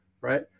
right